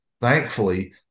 thankfully